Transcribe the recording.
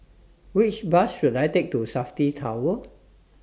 Which Bus should I Take to Safti Tower